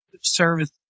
service